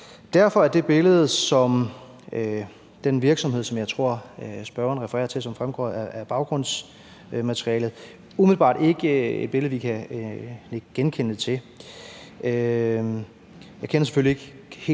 Derfor er det billede med den virksomhed, som jeg tror spørgeren refererer til, og som fremgår af baggrundsmaterialet, umiddelbart ikke et billede, vi kan nikke genkendende til. Jeg kender selvfølgelig ikke helt